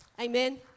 Amen